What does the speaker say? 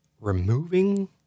removing